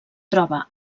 troba